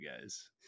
guys